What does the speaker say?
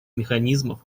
механизмов